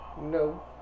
No